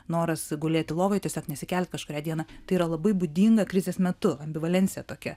noras gulėti lovoj tiesiog nesikelt kažkurią dieną tai yra labai būdinga krizės metu ambivalencija tokia